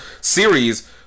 series